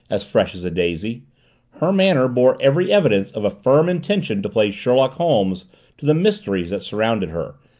as fresh as a daisy her manner bore every evidence of a firm intention to play sherlock holmes to the mysteries that surrounded her,